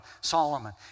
Solomon